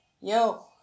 yo